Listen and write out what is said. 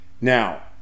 now